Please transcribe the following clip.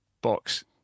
box